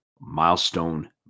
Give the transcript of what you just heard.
Milestone